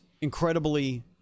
incredibly